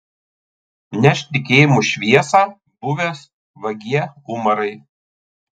nešk tikėjimo šviesą buvęs vagie umarai